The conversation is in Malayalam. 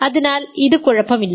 അതിനാൽ ഇത് കുഴപ്പമില്ല